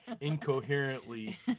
Incoherently